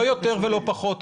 לא יותר ולא פחות.